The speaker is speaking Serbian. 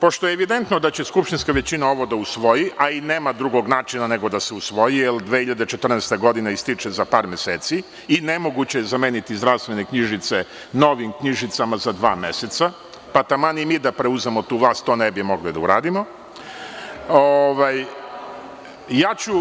Pošto je evidentno da će skupštinska većina ovo da usvoji, a i nema drugog načina nego da se usvoji, jer 2014. godina ističe za par meseci i nemoguće je zameniti zdravstvene knjižice novim knjižicama za dva meseca, pa taman i mi da preuzmemo vlast, to ne bi mogli da uradimo,